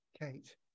kate